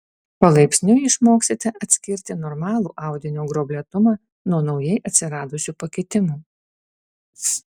palaipsniui išmoksite atskirti normalų audinio gruoblėtumą nuo naujai atsiradusių pakitimų